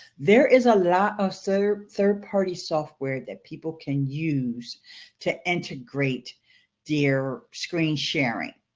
there is a lot of so third-party software that people can use to integrate their screen sharing,